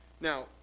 Now